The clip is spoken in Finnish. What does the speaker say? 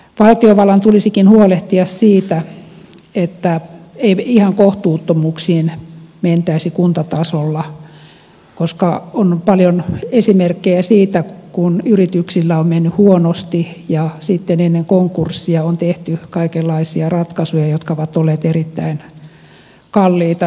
valtiovallan tulisikin huolehtia siitä että ei ihan kohtuuttomuuksiin mentäisi kuntatasolla koska on paljon esimerkkejä siitä kun yrityksillä on mennyt huonosti ja sitten ennen konkurssia on tehty kaikenlaisia ratkaisuja jotka ovat olleet erittäin kalliita